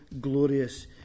glorious